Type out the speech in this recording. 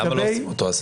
אז למה לא עושים אותו?